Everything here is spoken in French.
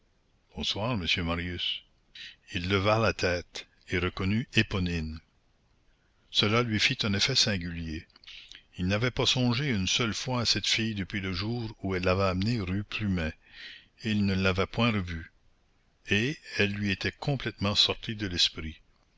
bonsoir monsieur marius il leva la tête et reconnut éponine cela lui fit un effet singulier il n'avait pas songé une seule fois à cette fille depuis le jour où elle l'avait amené rue plumet il ne l'avait point revue et elle lui était complètement sortie de l'esprit